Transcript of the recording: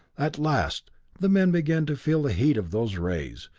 at last the men began to feel the heat of those rays,